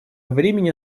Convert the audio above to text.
времени